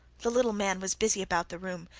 the little man was busy about the room,